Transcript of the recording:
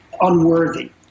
unworthy